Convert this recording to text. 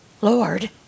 Lord